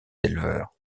éleveurs